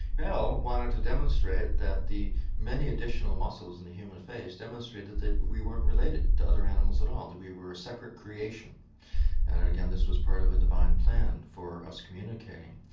bell wanted to demonstrate that the many additional muscles in the human face demonstrated that we weren't related to other animals at all, that we were a separate creation. and again, this was part of a divine plan for us communicating.